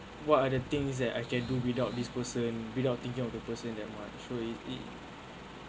what are the things that I can do without this person without thinking of the person that much so it it